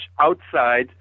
outside